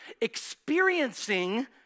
experiencing